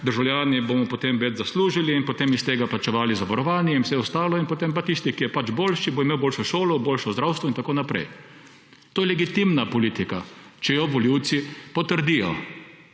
državljani več zaslužili in potem iz tega plačevali zavarovanje in vse ostalo. In potem tisti, ki je boljši, bo imel boljšo šolo, boljše zdravstvo in tako naprej. To je legitimna politika, če jo volivci potrdijo.